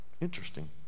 Interesting